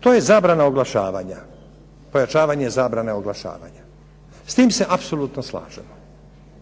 To je zabrana oglašavanja, pojačavanje zabrane oglašavanja. S tim se apsolutno slažemo.